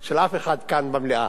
של אף אחד כאן במליאה.